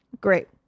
Great